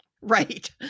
Right